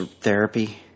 Therapy